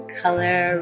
color